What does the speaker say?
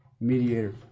mediator